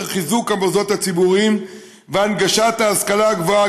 חיזוק של המוסדות הציבוריים והנגשת ההשכלה הגבוהה